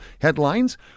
headlines